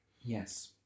Yes